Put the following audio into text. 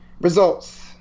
results